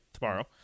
tomorrow